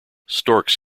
storks